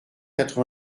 quatre